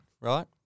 right